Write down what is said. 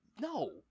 no